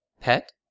Pet